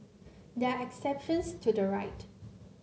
there are exceptions to the right